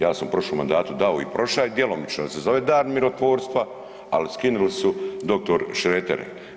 Ja sam u prošlom mandatu dao i prošao je djelomično da se zove Dan mirotvorstva, ali skinuli su dr. Šreter.